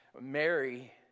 Mary